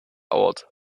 awed